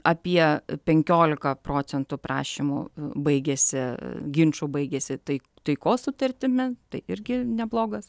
apie penkiolika procentų prašymų baigiasi ginčų baigiasi tai taikos sutartimi tai irgi neblogas